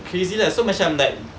crazy there's so much I'm that